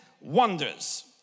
wonders